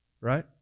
Right